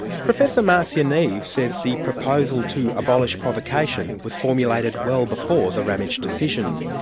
professor marcia neave says the proposal to abolish provocation was formulated well before the ramage decision.